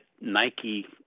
Nike –